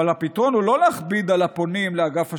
אבל הפתרון הוא לא להכביד על הפונים לאגף השיקום.